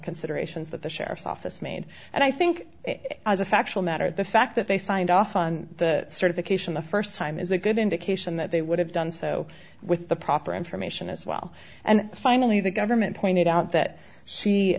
considerations that the sheriff's office made and i think as a factual matter the fact that they signed off on the certification the first time is a good indication that they would have done so with the proper information as well and finally the government pointed out that